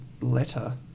letter